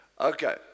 Okay